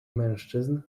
mężczyzn